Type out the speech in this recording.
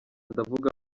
ndavuga